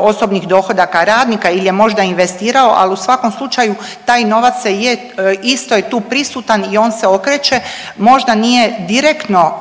osobnih dohodaka radnika ili je možda investirao, al u svakom slučaju taj novac se je, isto je tu prisutan i on se okreće, možda nije direktno